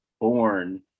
born